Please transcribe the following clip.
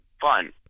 fun